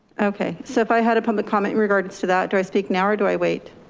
okay, so if i had a public comment in regards to that, do i speak now or do i wait?